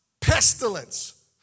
pestilence